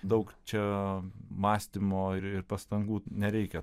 daug čia mąstymo ir pastangų nereikia